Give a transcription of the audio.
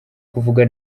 kuvuga